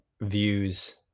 views